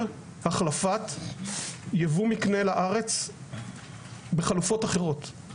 החלפת יבוא מקנה לארץ בחלופות אחרות.